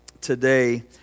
today